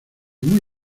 muy